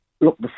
Look